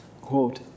quote